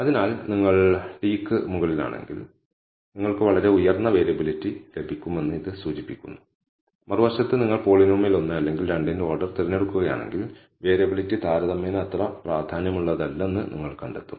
അതിനാൽ നിങ്ങൾ t ക്ക് മുകളിലാണെങ്കിൽ നിങ്ങൾക്ക് വളരെ ഉയർന്ന വേരിയബിളിറ്റി ലഭിക്കുമെന്ന് ഇത് സൂചിപ്പിക്കുന്നു മറുവശത്ത് നിങ്ങൾ പോളിനോമിയൽ 1 അല്ലെങ്കിൽ 2 ന്റെ ഓർഡർ തിരഞ്ഞെടുക്കുകയാണെങ്കിൽ വേരിയബിളിറ്റി താരതമ്യേന അത്ര പ്രാധാന്യമുള്ളതല്ലെന്ന് നിങ്ങൾ കണ്ടെത്തും